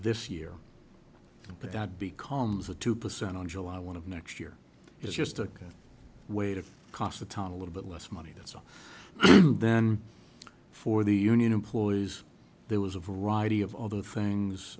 this year but that becomes a two percent on july one of next year is just a way to cost the town a little bit less money that's then for the union employees there was a variety of other things